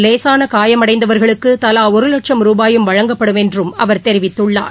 லேசான காயமடைந்தவர்களுக்கு தலா ஒரு லட்சம் ரூபாயும் வழங்கப்படும் என்றும் அவர் தெரிவித்துள்ளார்